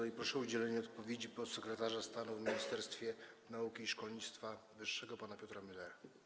I proszę o udzielenie odpowiedzi podsekretarza stanu w Ministerstwie Nauki i Szkolnictwa Wyższego pana Piotra Müllera.